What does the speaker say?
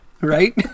right